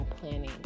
planning